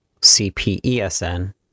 CPESN